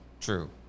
true